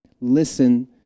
Listen